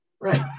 Right